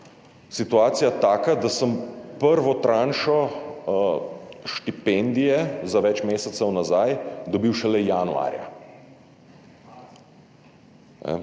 situacija taka, da sem prvo tranšo štipendije za več mesecev nazaj dobil šele januarja.